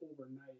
overnight